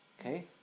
Okay